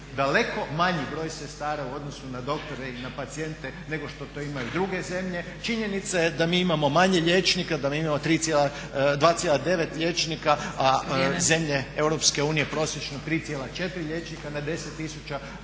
daleko manji broj sestara u odnosu na doktore i pacijente nego što to imaju druge zemlje. Činjenica je da mi imamo manje liječnika, da mi imamo 2,9 liječnika, a zemlje Europske unije prosječno 3,4 liječnika na 10 000 stanovnika.